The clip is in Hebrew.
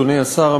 אדוני השר,